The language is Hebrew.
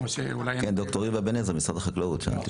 שתהיה לך חופשה נעימה ופסח כשר ושמח, תודה.